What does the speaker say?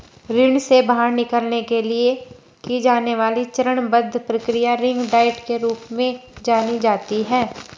ऋण से बाहर निकलने के लिए की जाने वाली चरणबद्ध प्रक्रिया रिंग डाइट के रूप में जानी जाती है